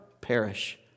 perish